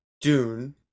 Dune